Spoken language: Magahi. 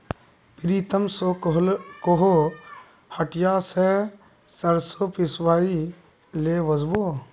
प्रीतम स कोहो हटिया स सरसों पिसवइ ले वस बो